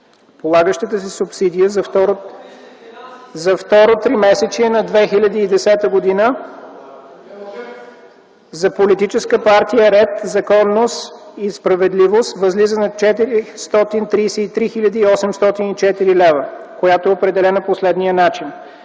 Полагащата се субсидия за второто тримесечие на 2010 г. за Политическа партия „Ред, законност и справедливост” възлиза на 433 хил. 804 лв., като тя е определена по следния начин.